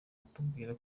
atubwira